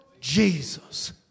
Jesus